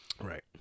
Right